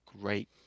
great